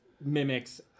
mimics